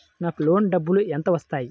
నాకు లోన్ డబ్బులు ఎంత వస్తాయి?